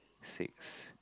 six